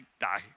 die